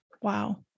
Wow